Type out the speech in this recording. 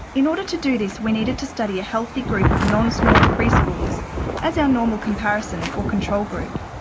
in order to do this we needed to study a healthy group of non-snoring preschoolers as our normal comparison or control group.